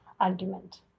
argument